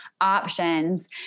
options